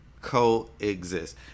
coexist